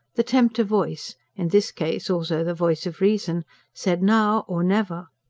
the tempter voice in this case also the voice of reason said now or never!